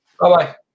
Bye-bye